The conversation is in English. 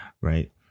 right